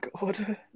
God